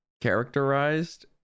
characterized